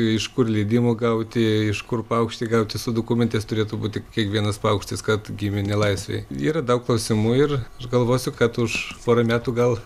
iš kur leidimo gauti iš kur paukštį gauti su dokumentais turėtų būti kiekvienas paukštis kad gimė nelaisvėj yra daug klausimų ir aš galvosiu kad už pora metų gal